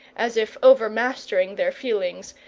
as if overmastering their feelings,